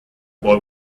boy